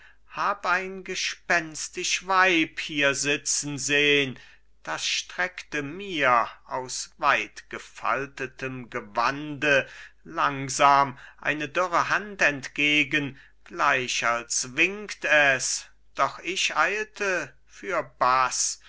hab ein gespenstisch weib hier sitzen sehn das streckte mir aus weitgefaltetem gewande langsam eine dürre hand entgegen gleich als winkt es doch ich eilte fürbaß